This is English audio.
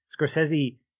Scorsese